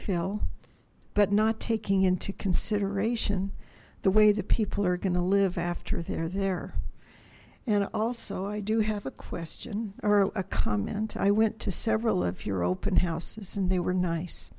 ll but not taking into consideration the way the people are going to live after they're there and also i do have a question or a comment i went to several of your open houses and they were nice